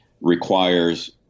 requires